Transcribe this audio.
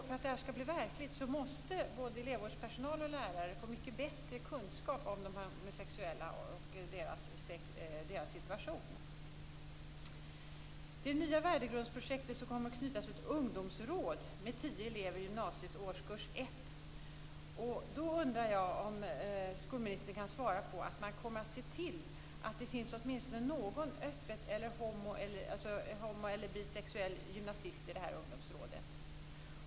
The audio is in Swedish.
För att detta skall bli verklighet måste både elevvårdspersonal och lärare få mycket bättre kunskap om de homosexuella och deras situation. Till det nya värdegrundsprojektet kommer att knytas ett ungdomsråd med tio elever i gymnasiets årskurs 1. Jag undrar då om skolministern kan svara om man kommer att se till att det finns åtminstone någon öppet homo eller bisexuell gymnasist i detta ungdomsråd.